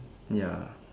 ya